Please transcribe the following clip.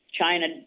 China